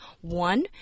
One